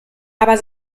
aber